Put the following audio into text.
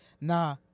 nah